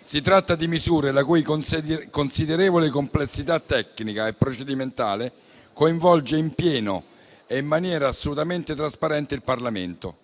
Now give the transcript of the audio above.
Si tratta di misure la cui considerevole complessità tecnica e procedimentale coinvolge in pieno e in maniera assolutamente trasparente il Parlamento.